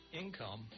income